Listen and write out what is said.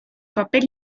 papel